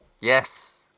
Yes